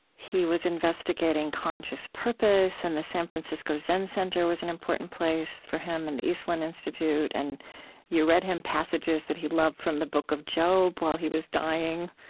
he was investigating conscious purpose, and the san francisco zen center was an important place for him, and the esalen institute, and you read him passages that he loved from the book of job while he was dying.